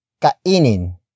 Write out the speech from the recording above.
Kainin